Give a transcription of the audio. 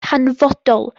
hanfodol